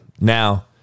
now